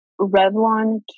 revlon